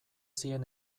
zien